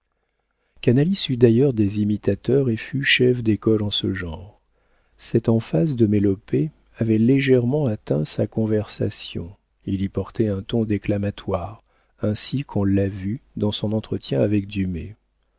eut d'ailleurs des imitateurs et fut chef d'école en ce genre cette emphase de mélopée avait légèrement atteint sa conversation il y portait un ton déclamatoire ainsi qu'on l'a vu dans son entretien avec